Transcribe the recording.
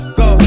go